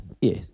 Yes